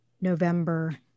November